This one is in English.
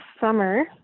summer